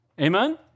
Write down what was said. Amen